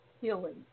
healing